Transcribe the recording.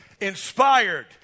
inspired